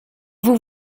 vous